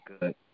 good